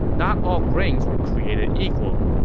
not all grains were created equal.